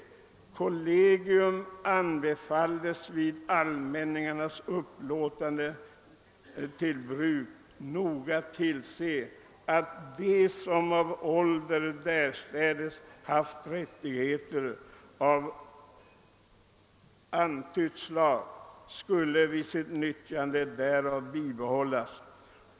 Kollegium anbefalldes vid allmänningars upplåtande till bruk noga tillse, att de, som av ålder därstädes haft rättigheter av antytt slag, skulle vid sitt nyttjande därav bibehållas.